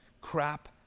crap